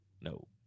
No